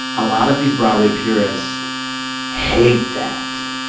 a lot of these broadway purists hate that.